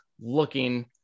looking